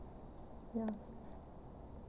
ya